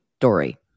Dory